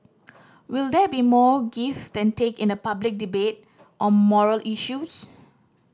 will there be more give than take in a public debate on moral issues